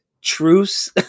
truce